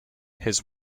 his